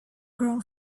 grown